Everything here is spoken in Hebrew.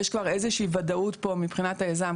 יש כבר איזה שהיא ודאות פה מבחינת היזם,